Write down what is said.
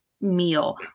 meal